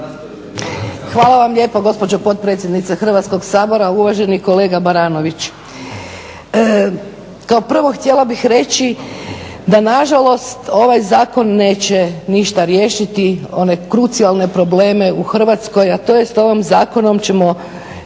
Hvala vam lijepo gospođo potpredsjednice Hrvatskoga sabora. Uvaženi kolega Baranović, kao prvo htjela bih reći da nažalost ovaj zakon neće ništa riješiti, one krucijalne probleme u Hrvatskoj a to je s ovim zakonom ćemo,